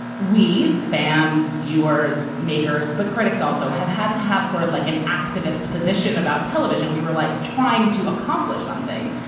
we fans, viewers, makers, but critics also have had to have sort of like an activist position about television, we were like trying to accomplish something.